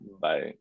Bye